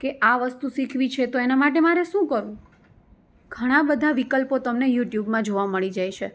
કે આ વસ્તુ શીખવી છે તો એના માટે મારે શું કરવું ઘણાં બધાં વિકલ્પો તમને યુટ્યુબમાં જોવા મળી જાય છે